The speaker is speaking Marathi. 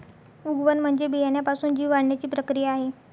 उगवण म्हणजे बियाण्यापासून जीव वाढण्याची प्रक्रिया आहे